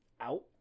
out